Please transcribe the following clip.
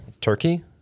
turkey